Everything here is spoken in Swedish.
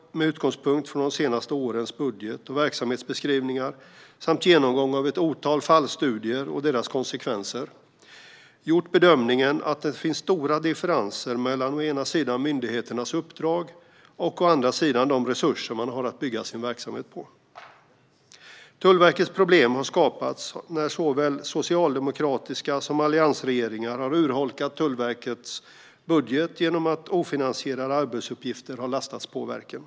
Med utgångspunkt i de senaste årens budgetar och verksamhetsbeskrivningar, samt genomgång av ett otal fallstudier och deras konsekvenser, har vi gjort bedömningen att det finns stora differenser mellan å ena sidan myndigheternas uppdrag och å andra sidan de resurser man har att bygga sin verksamhet med. Tullverkets problem har skapats när såväl socialdemokratiska regeringar som alliansregeringar har urholkat Tullverkets budget genom att ofinansierade arbetsuppgifter har lastats på verket.